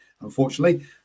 unfortunately